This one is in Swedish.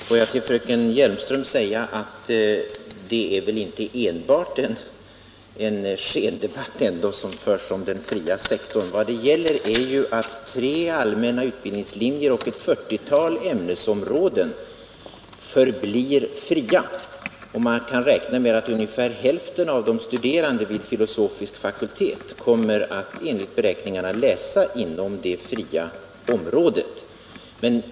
Herr talman! Jag vill säga till fröken Hjelmström att det väl ändå inte enbart är en skendebatt om den fria sektorn som förs här. Vad som gäller är ju att tre allmänna utbildningslinjer och ett 40-tal ämnesområden förblir fria. Man kan dessutom räkna med att ungefär hälften av de studerande vid filosofisk fakultet kommer att läsa inom det fria området.